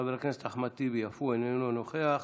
חבר הכנסת אחמד טיבי, איננו נוכח.